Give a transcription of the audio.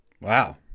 Wow